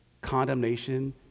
condemnation